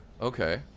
Okay